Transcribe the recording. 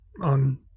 on